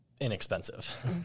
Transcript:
inexpensive